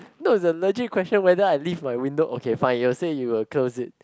no the legit question whether I leave my window okay fine you will say you will close it